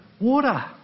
water